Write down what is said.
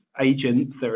agents